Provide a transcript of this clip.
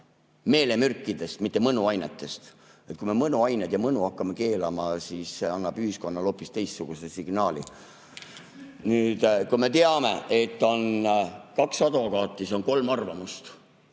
meelemürkidest, mitte mõnuainetest. Kui me mõnuaineid ja mõnu hakkame keelama, siis see annab ühiskonnale hoopis teistsuguse signaali.Me teame, et kui on kaks advokaati, siis on kolm arvamust.